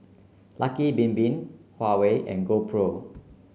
Lucky Bin Bin Huawei and GoPro